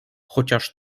chociaż